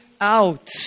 out